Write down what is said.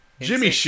jimmy